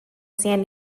san